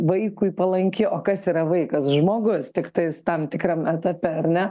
vaikui palanki o kas yra vaikas žmogus tiktai tam tikram etape ar ne